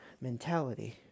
mentality